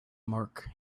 mark